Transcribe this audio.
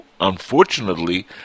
unfortunately